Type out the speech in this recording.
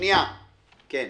כן,